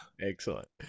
Excellent